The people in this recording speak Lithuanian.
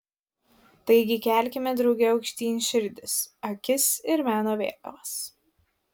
taigi kelkime drauge aukštyn širdis akis ir meno vėliavas